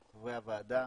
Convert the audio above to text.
חברי הוועדה.